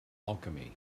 alchemy